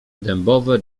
dębowe